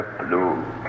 blue